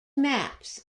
maps